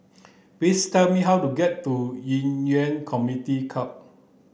please tell me how to get to Ci Yuan Community Club